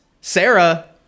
Sarah